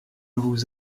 vous